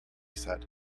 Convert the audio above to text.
said